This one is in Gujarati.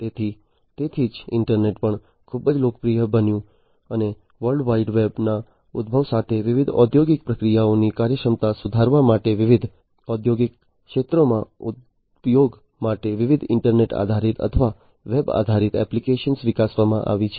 તેથી તેથી જ ઇન્ટરનેટ પણ ખૂબ લોકપ્રિય બન્યું અને વર્લ્ડ વાઇડ વેબના ઉદભવ સાથે વિવિધ ઔદ્યોગિક પ્રક્રિયાઓની કાર્યક્ષમતા સુધારવા માટે વિવિધ ઔદ્યોગિક ક્ષેત્રોમાં ઉપયોગ માટે વિવિધ ઇન્ટરનેટ આધારિત અથવા વેબ આધારિત એપ્લિકેશનો વિકસાવવામાં આવી છે